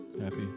happy